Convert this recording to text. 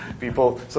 people